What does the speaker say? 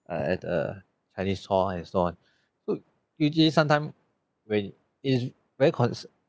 err at a chinese stall and so on look usually some time when it's very cons